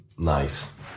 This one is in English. nice